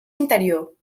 interior